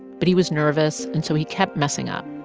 but he was nervous, and so he kept messing up.